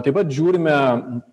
taip pat žiūrime